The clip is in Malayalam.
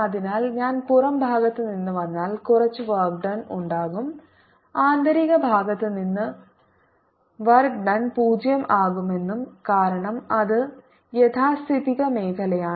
അതിനാൽ ഞാൻ പുറം ഭാഗത്ത് നിന്ന് വന്നാൽ കുറച്ച് വർക്ക് ഡൺ ഉണ്ടാകും ആന്തരിക ഭാഗത്ത് നിന്ന് ഡൺ 0 ആകുമെന്നും കാരണം അത് യാഥാസ്ഥിതിക മേഖലയാണ്